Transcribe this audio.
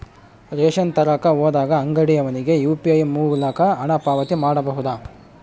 Ration ತರಕ ಹೋದಾಗ ಅಂಗಡಿಯವನಿಗೆ ಯು.ಪಿ.ಐ ಮೂಲಕ ಹಣ ಪಾವತಿ ಮಾಡಬಹುದಾ?